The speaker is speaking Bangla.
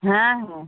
হ্যাঁ হ্যাঁ